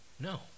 No